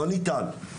לא ניתן,